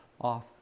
off